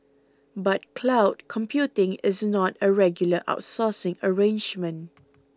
but cloud computing is not a regular outsourcing arrangement